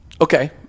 Okay